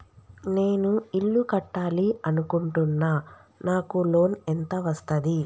నేను ఇల్లు కట్టాలి అనుకుంటున్నా? నాకు లోన్ ఎంత వస్తది?